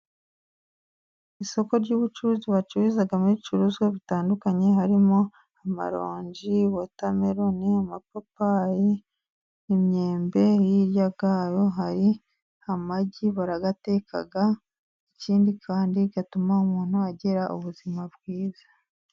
Isoko ry'ubucuruzi bacururizamo ibicuruzwa bitandukanye, harimo amaronji, watameruni, amapapayi, imyembe, hirya yabo hari amagi, barayateka, ikindi kandi atuma umuntu agira ubuzima bwiza.